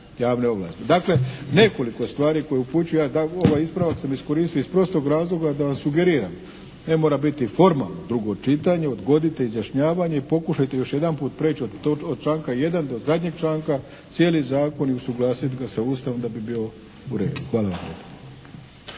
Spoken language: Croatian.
javne ovlasti. Dakle nekoliko stvari koje upućuju, a ovaj ispravak sam iskoristio iz prostog razloga da vam sugeriram. … /Govornik se ne razumije./ … mora biti formalno drugo čitanje, odgodite izjašnjavanje i pokušajte još jedanput prijeći od članka 1. do zadnjeg članka cijeli zakon i usuglasit ga sa Ustavom da bi bio u redu. Hvala vam